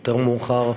יותר מאוחר,